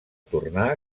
tornar